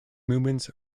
movements